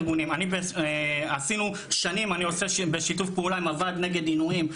שנים אני בשיתוף פעולה עם הוועד נגד עינויים.